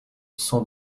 sont